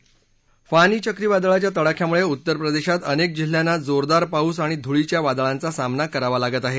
फानी चक्रीवादळाच्या तडाख्यामुळे उत्तस्प्रदेशात अनेक जिल्ह्यांना जोरदार पाऊस आणि धुळीच्या वादळांचा सामना करावा लागत आहे